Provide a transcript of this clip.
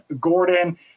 gordon